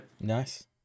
Nice